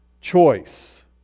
choice